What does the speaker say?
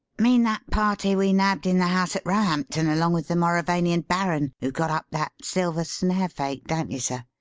mean that party we nabbed in the house at roehampton along with the mauravanian baron who got up that silver snare fake, don't you, sir?